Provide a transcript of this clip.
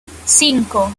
cinco